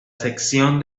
sección